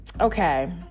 okay